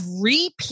repeat